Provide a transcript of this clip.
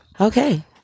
Okay